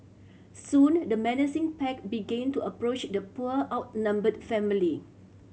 soon the menacing pack begin to approach the poor outnumbered family